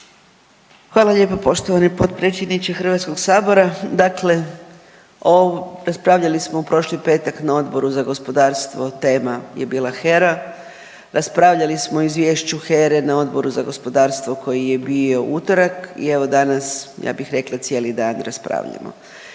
Hvala lijepa poštovani potpredsjedniče HS. Dakle raspravljali smo u prošli petak na Odboru za gospodarstvo tema je bila HERA, raspravljali smo o izvješću HERA-e na Odboru za gospodarstvo koji je bio u utorak i evo danas ja bih rekla cijeli dan raspravljamo.